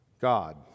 God